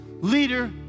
leader